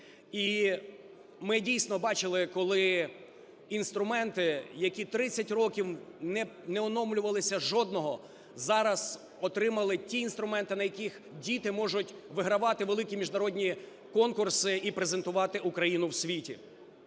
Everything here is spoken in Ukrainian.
І ми, дійсно, бачили, коли інструменти, які 30 років не оновлювалися, жодного, зараз отримали ті інструменти, на яких діти можуть вигравати великі міжнародні конкурси і презентувати Україну в світі.